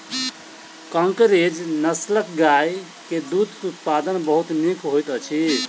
कंकरेज नस्लक गाय के दूध उत्पादन बहुत नीक होइत अछि